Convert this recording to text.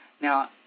Now